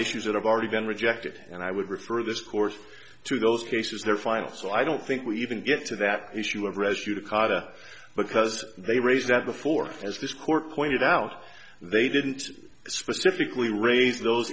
issues that have already been rejected and i would refer this course to those cases there final so i don't think we even get to that issue of rescue to carter because they raised that before as this court pointed out they didn't specifically raise those